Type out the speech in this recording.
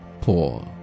poor